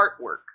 artwork